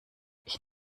ich